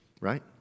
right